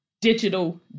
digital